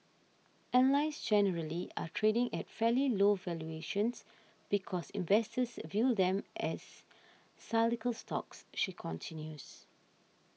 airlines generally are trading at fairly low valuations because investors view them as cyclical stocks she continues